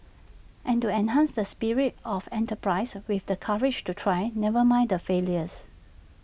and to enhance the spirit of enterprise with the courage to try never mind the failures